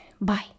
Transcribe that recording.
Bye